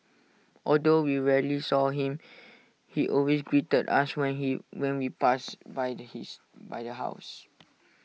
although we rarely saw him he always greeted us when he when we passed by the his by the house